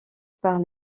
par